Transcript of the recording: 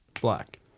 Black